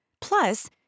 Plus